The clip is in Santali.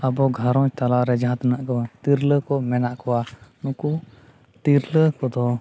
ᱟᱵᱚ ᱜᱷᱟᱸᱨᱚᱡᱽ ᱛᱟᱞᱟᱨᱮ ᱡᱟᱦᱟᱸ ᱛᱤᱱᱟᱹᱜ ᱫᱚ ᱛᱤᱨᱞᱟᱹ ᱠᱚ ᱢᱮᱱᱟᱜ ᱠᱚᱣᱟ ᱱᱩᱠᱩ ᱛᱤᱨᱞᱟᱹ ᱠᱚᱫᱚ